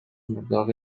мурдагы